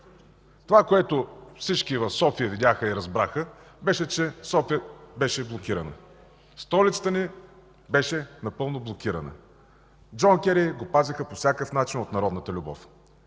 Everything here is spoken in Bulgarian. Това, което всички в София видяха и разбраха, беше, че София беше блокирана, столицата ни беше напълно блокирана. Джон Кери го пазеха по всякакъв начин от народната любов.